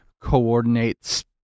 coordinates